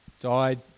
died